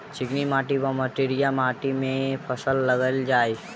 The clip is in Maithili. चिकनी माटि वा मटीयारी मे केँ फसल लगाएल जाए?